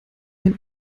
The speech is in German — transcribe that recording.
ein